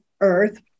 earth